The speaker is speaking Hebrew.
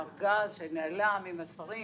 ארגז שנעלם עם הספרים,